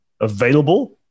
available